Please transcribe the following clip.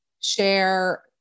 share